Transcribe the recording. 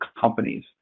companies